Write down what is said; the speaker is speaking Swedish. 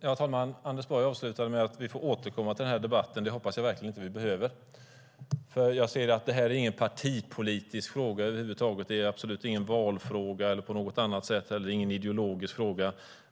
Herr talman! Anders Borg avslutade med att säga att vi får återkomma till debatten. Det hoppas jag verkligen att vi inte behöver. Jag anser att detta inte är en partipolitisk fråga över huvud taget. Det är absolut ingen valfråga eller ideologisk fråga.